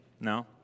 No